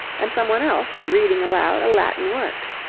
and some one else was reading aloud a latin work.